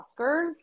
Oscars